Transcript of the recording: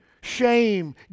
shame